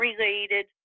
related